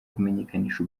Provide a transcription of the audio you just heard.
kumenyekanisha